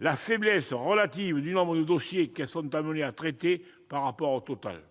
la faiblesse relative du nombre de dossiers qu'elles sont amenées à traiter par rapport au total.